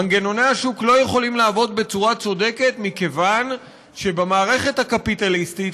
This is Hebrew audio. מנגנוני השוק לא יכולים לעבוד בצורה צודקת מכיוון שבמערכת הקפיטליסטית,